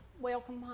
Welcome